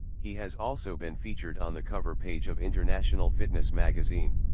he has also been featured on the cover page of international fitness magazine.